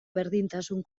berdintasun